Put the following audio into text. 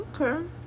Okay